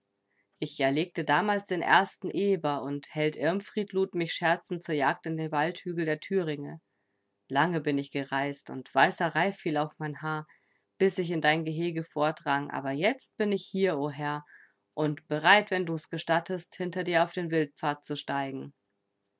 ich erlegte damals den ersten eber und held irmfried lud mich scherzend zur jagd in die waldhügel der thüringe lange bin ich gereist und weißer reif fiel auf mein haar bis ich in dein gehege vordrang aber jetzt bin ich hier o herr und bereit wenn du's gestattest hinter dir auf den wildpfad zu steigen